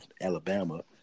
Alabama